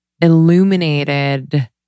illuminated